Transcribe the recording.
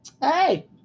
Hey